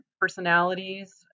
personalities